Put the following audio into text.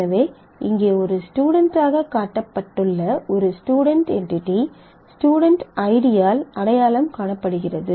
எனவே இங்கே ஒரு ஸ்டுடென்ட்டாக காட்டப்பட்டுள்ள ஒரு ஸ்டுடென்ட் என்டிடி ஸ்டுடென்ட் ஐடியால் அடையாளம் காணப்படுகிறது